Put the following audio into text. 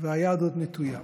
והיד עוד נטויה.